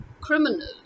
criminal